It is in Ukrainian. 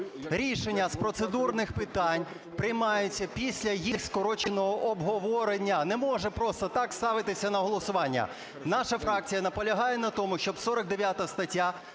рішення з процедурних питань приймаються після їх скороченого обговорення. Не може просто так ставитися на голосування. Наша фракція наполягає на тому, щоб 49 стаття